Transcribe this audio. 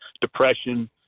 depression